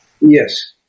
Yes